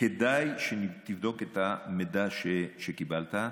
כדאי שתבדוק את המידע שקיבלת.